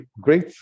great